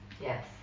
Yes